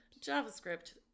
JavaScript